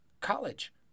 college